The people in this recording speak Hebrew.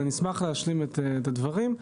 אני אשמח להשלים את הדברים.